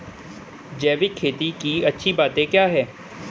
जैविक खेती की अच्छी बातें क्या हैं?